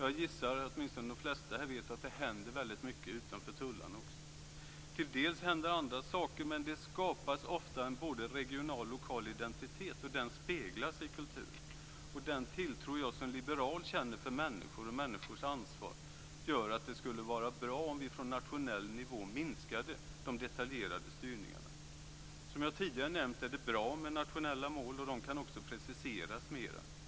Jag gissar att åtminstone de flesta här vet att det händer väldigt mycket utanför tullarna också. Till dels händer andra saker, men det skapas ofta en både regional och lokal identitet och den speglas i kulturen. Den tilltro jag som liberal känner för människor och människors ansvar gör att jag tycker att det skulle vara bra om vi från nationell nivå minskade de detaljerade styrningarna. Som jag tidigare nämnt är det bra med nationella mål, och de kan också preciseras mera.